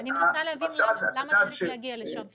אני מנסה להבין למה צריך להגיע לשם פיזית.